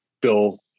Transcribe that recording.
Bill